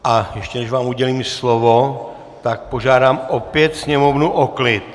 A ještě než vám udělím slovo, požádám opět sněmovnu o klid.